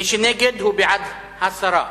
מי שנגד, הוא בעד הסרה.